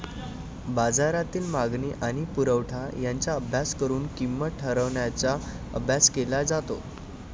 बाजारातील मागणी आणि पुरवठा यांचा अभ्यास करून किंमत ठरवण्याचा अभ्यास केला जातो